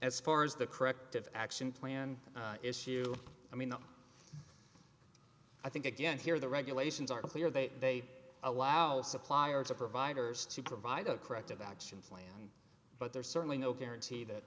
as far as the corrective action plan issue i mean i think again here the regulations are clear they allow suppliers of providers to provide a corrective action plan but there's certainly no guarantee that